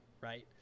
right